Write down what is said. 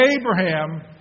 Abraham